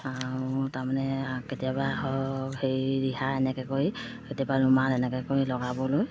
তাৰমানে কেতিয়াবা হেৰি ৰিহা এনেকৈ কৰি কেতিয়াবা ৰুমাল এনেকৈ কৰি লগাবলৈ